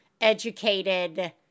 educated